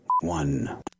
One